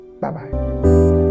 Bye-bye